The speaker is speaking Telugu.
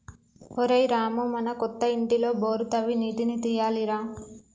ఒరేయ్ రామూ మన కొత్త ఇంటిలో బోరు తవ్వి నీటిని తీయాలి రా